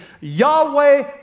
Yahweh